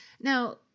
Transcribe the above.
Now